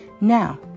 Now